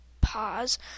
Pause